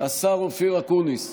השר אופיר אקוניס,